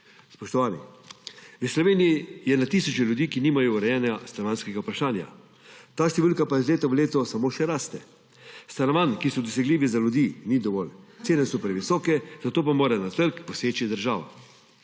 Spoštovani, v Sloveniji je na tisoče ljudi, ki nimajo urejenega stanovanjskega vprašanja, ta številka pa iz leta v leto samo še raste. Stanovanj, ki so dosegljiva za ljudi, ni dovolj. Cene so previsoke, zato mora na trg poseči država.